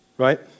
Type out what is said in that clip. right